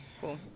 cool